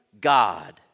God